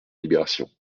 libération